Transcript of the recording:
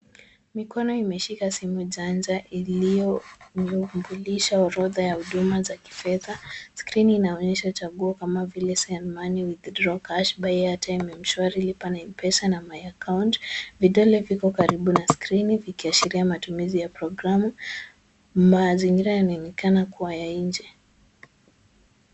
Mikono imeshika simu chanja iliyoudhurisha orodha ya huduma za kifedha. Skrini inaonyesha chaguo kama vile send money, withdraw cash, buy airtime Mshwari, lipa na M-Pesa na my account . Vidole viko karibu na skrini vikiashiria matumizi ya programu. Mazingira yanaonekana kuwa ya nje.